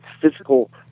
physical